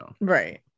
Right